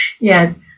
Yes